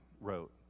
wrote